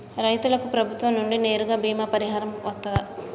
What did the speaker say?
రైతులకు ప్రభుత్వం నుండి నేరుగా బీమా పరిహారం వత్తదా?